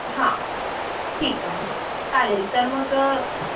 हां हां ठीक आहे चालेल तर मग